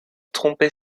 tromper